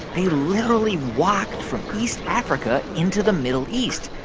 they literally walked from east africa into the middle east.